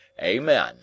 amen